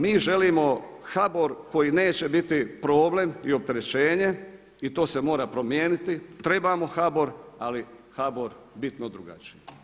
Mi želimo HBOR koji neće biti problem i opterećenje i to se mora promijeniti, trebamo HBOR ali HBOR bitno drugačiji.